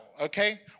Okay